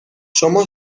شما